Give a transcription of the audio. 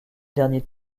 derniers